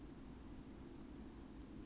versatile ya